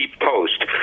post